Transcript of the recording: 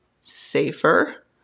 safer